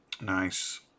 Nice